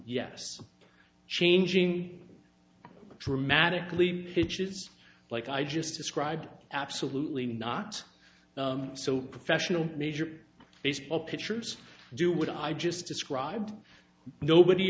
yes changing dramatically hitches like i just described absolutely not so professional major baseball pitchers do what i just described nobody